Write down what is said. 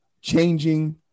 changing